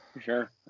Sure